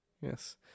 Yes